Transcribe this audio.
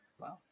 Wow